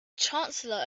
chancellor